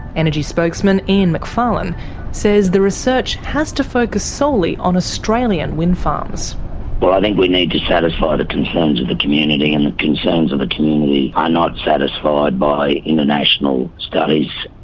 energy spokesman ian macfarlane says the research has to focus solely on australian wind farms well, i think we need to satisfy the concerns of the community, and the concerns of the community are not satisfied by international studies.